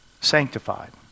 sanctified